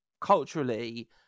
culturally